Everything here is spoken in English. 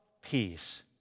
peace